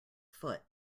foot